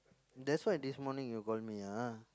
that's why this morning you call me ah